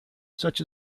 such